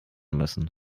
müssen